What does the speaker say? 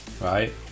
right